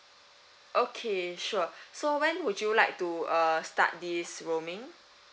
okay sure so when would you like to uh start this roaming